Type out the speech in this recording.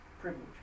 privilege